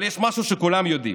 אבל יש משהו שכולם יודעים: